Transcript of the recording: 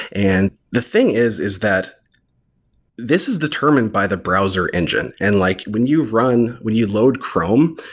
and the thing is, is that this is determined by the browser engine. and like when you run, when you load chrome,